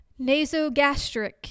Nasogastric